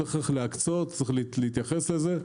צריך להקצות ולהתייחס לזה.